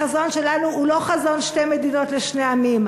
החזון שלנו הוא לא חזון שתי מדינות לשני עמים.